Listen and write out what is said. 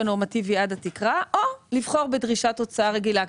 הנורמטיבי עד התקרה או לבחור בדרישת הוצאה רגילה,